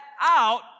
out